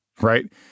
right